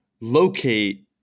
locate